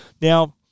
Now